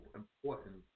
important